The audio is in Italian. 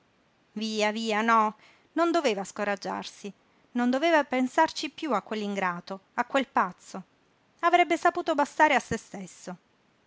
via via no non doveva scoraggiarsi non doveva pensarci piú a quell'ingrato a quel pazzo avrebbe saputo bastare a se stesso